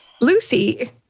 Lucy